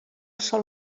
són